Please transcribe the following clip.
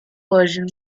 version